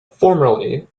formerly